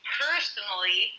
personally